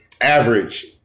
average